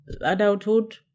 adulthood